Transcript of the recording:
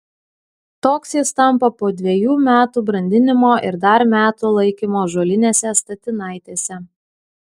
toks jis tampa po dvejų metų brandinimo ir dar metų laikymo ąžuolinėse statinaitėse